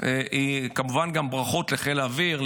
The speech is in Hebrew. וכמובן גם ברכות לחיל האוויר,